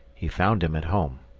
he found him at home.